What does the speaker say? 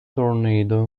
tornado